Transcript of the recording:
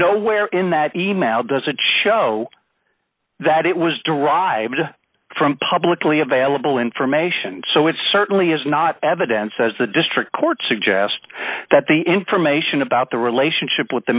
nowhere in that e mail does it show that it was derived from publicly available information so it certainly is not evidence as the district court suggest that the information about the relationship with the